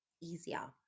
easier